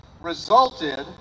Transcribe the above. resulted